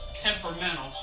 Temperamental